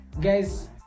guys